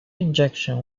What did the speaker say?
injection